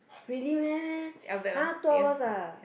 really meh !huh! two hours ah